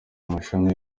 amashami